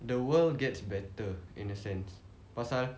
the world gets better in a sense pasal